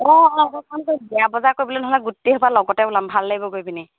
অঁ অঁ বিয়া বজাৰ কৰিবলৈ নহ'লে গোটেইসোপা লগতে ওলাম ভাল লাগিব গৈ পিনি